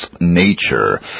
nature